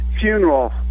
funeral